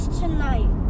tonight